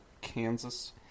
Kansas